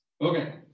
Okay